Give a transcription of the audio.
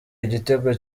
igitego